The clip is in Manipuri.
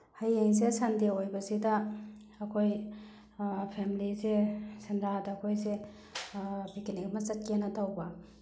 ꯍꯌꯦꯡꯁꯦ ꯁꯟꯗꯦ ꯑꯣꯏꯕꯁꯤꯗ ꯑꯩꯈꯣꯏ ꯐꯦꯝꯂꯤꯁꯦ ꯁꯦꯟꯗ꯭ꯔꯥꯗ ꯑꯩꯈꯣꯏꯁꯦ ꯄꯤꯀꯅꯤꯡ ꯑꯃ ꯆꯠꯀꯦꯅ ꯇꯧꯕ